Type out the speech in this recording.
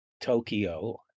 Tokyo